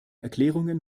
erklärungen